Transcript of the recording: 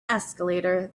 escalator